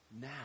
now